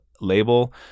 label